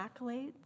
accolades